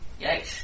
Yikes